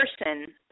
person